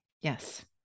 yes